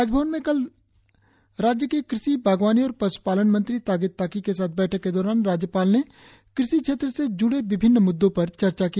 राजभवन में कल राज्य कृषि बागवानी और पश्पालन मंत्री तागे ताकी के साथ बैठक के दौरान राज्यपाल ने कृषि क्षेत्र से ज्ड़े विभिन्न मुद्दों पर चर्चा की